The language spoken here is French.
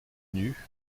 nus